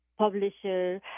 publisher